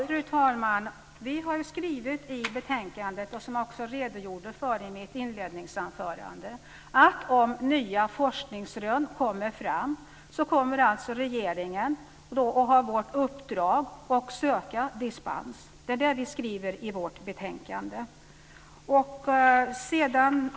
Fru talman! Vi har skrivit i betänkandet, vilket jag redogjorde för i mitt inledningsanförande, att om nya forskningsrön kommer fram kommer regeringen att ha vårt uppdrag att söka dispens. Det skriver vi i vårt betänkande.